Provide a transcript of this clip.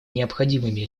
необходимыми